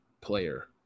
player